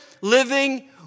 living